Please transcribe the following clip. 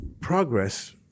progress